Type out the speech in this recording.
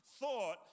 thought